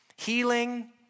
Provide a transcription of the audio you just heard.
healing